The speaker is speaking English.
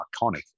iconic